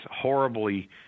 horribly